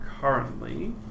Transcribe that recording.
currently